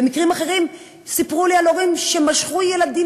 במקרים אחרים סיפרו לי על הורים שמשכו ילדים,